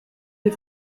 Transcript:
des